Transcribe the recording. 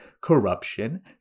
corruption